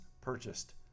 purchased